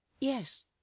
Yes